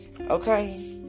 okay